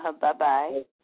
Bye-bye